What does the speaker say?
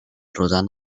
rodant